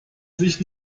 sich